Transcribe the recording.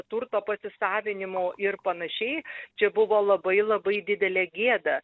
turto pasisavinimu ir panašiai čia buvo labai labai didelė gėda